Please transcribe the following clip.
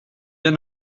bien